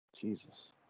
Jesus